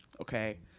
okay